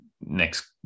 next